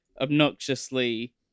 obnoxiously